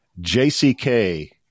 JCK